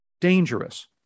dangerous